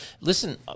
listen